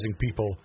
people